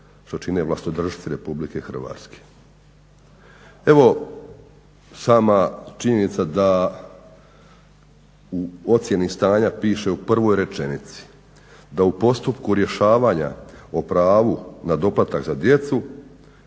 što čine vlastodršci RH. Evo sama činjenica da u ocjeni stanja piše u prvoj rečenici "da u postupku rješavanja o pravu na doplatak za djecu